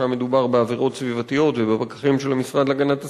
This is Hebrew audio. שם מדובר בעבירות סביבתיות ובפקחים של המשרד להגנת הסביבה,